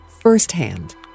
firsthand